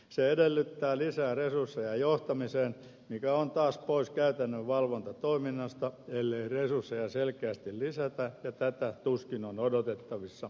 se edellyttää lisää resursseja johtamiseen mikä on taas pois käytännön valvontatoiminnasta ellei resursseja selkeästi lisätä ja tätä tuskin on odotettavissa